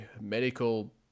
medical